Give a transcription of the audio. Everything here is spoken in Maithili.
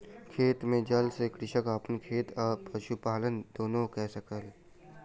खेत के जल सॅ कृषक अपन खेत आ पशुपालन दुनू कय सकै छै